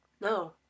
No